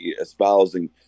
espousing